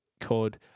called